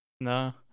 No